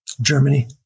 germany